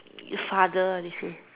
your father they say